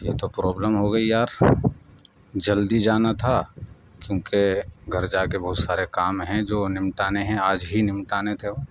یہ تو پرابلم ہو گئی یار جلدی جانا تھا کیونکہ گھر جا کے بہت سارے کام ہیں جو نمٹانے ہیں آج ہی نمٹانے تھے وہ